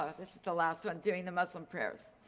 ah this is the last one doing the muslim prayers.